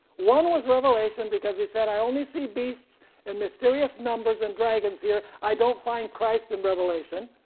one was revelation, because he said i only see beasts and mysterious numbers and dragons here, i don't find christ in revelation.